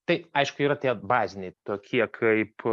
tai aišku yra tie baziniai tokie kaip